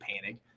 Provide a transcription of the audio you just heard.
panic